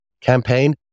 campaign